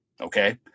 okay